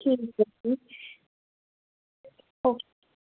ਠੀਕ ਆ ਜੀ ਓਕੇ